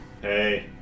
Hey